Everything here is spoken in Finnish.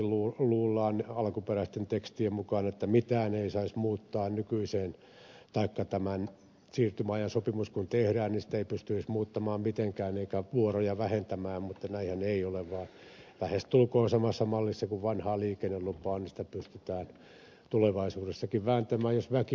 erheellisesti luullaan alkuperäisten tekstien mukaan että mitään ei saisi muuttaa nykyiseen taikka tämän siirtymäajan sopimus kun tehdään niin sitä ei pystyisi muuttamaan mitenkään eikä vuoroja vähentämään mutta näinhän ei ole vaan lähestulkoon samassa mallissa kun vanhaa liikennelupaa on niin sitä pystytään tulevaisuudessakin vääntämään